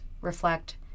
reflect